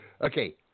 Okay